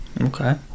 Okay